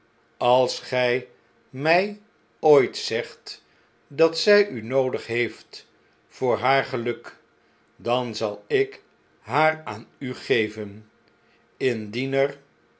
als zg my ooit zegt dat zij u noodig heeft voor haar geluk dan zal ik haar aan u geven lndien er